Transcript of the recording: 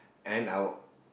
and our